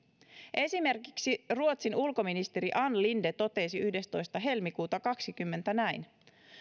esimerkiksi ruotsin ulkoministeri ann linde totesi yhdestoista helmikuuta kaksituhattakaksikymmentä näin